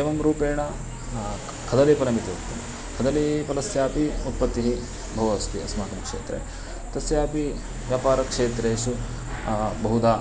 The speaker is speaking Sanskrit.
एवं रूपेण कदलीफलमिति उक्तम् कदलीपलस्यापि उत्पत्तिः बहु अस्ति अस्माकं क्षेत्रे तस्यापि व्यापारक्षेत्रेषु बहुदा